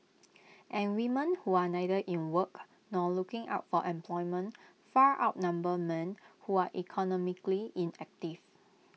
and women who are neither in work nor looking out for employment far outnumber men who are economically inactive